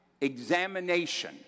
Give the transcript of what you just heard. examination